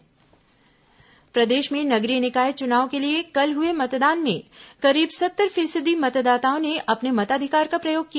नगरीय निकाय चुनाव प्रदेश में नगरीय निकाय चुनाव के लिए कल हुए मतदान में करीब सत्तर फीसदी मतदाताओं ने अपने मताधिकार का प्रयोग किया